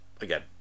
again